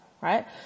right